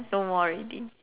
no more already